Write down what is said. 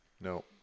No